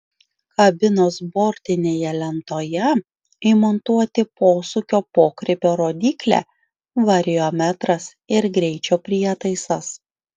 kabinos bortinėje lentoje įmontuoti posūkio pokrypio rodyklė variometras ir greičio prietaisas